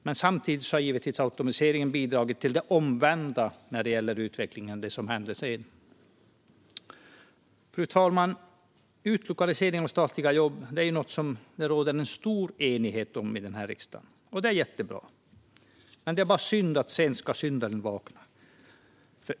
Men automatiseringen har givetvis bidragit till det omvända när det gäller utvecklingen och det som hände sedan. Fru talman! Utlokaliseringen av statliga jobb är något som det råder stor enighet om i riksdagen, och det är jättebra. Det är bara synd att sent ska syndaren vakna.